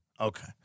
Okay